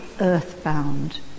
earthbound